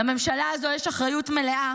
לממשלה הזו יש אחריות מלאה